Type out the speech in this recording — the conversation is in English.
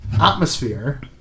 Atmosphere